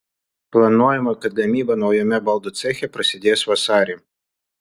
planuojama kad gamyba naujame baldų ceche prasidės vasarį